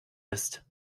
ist